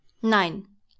Nein